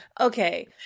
Okay